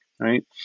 right